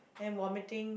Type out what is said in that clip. and vomiting